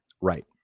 Right